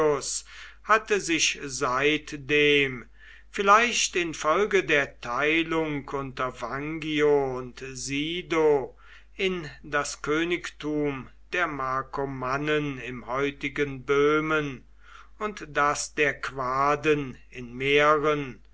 hatte sich seitdem vielleicht infolge der teilung unter vangio und sido in das königtum der markomannen im heutigen böhmen und das der quaden in mähren